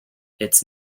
its